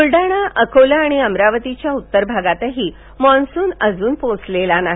ब्लडाणा अकोला आणि अमरावतीच्या उत्तर भागातही मान्सून अजून पोहोचलेला नाही